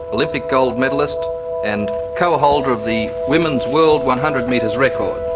olympic gold medallist and co-holder of the women's world one hundred metres record.